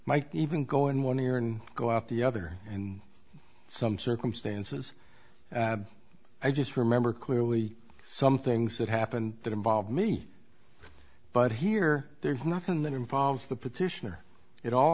might even go in one ear and go out the other in some circumstances i just remember clearly some things that happened that involved me but here there's nothing that involves the petitioner it all